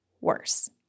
worse